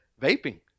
Vaping